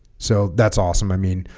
so that's awesome i mean